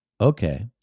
Okay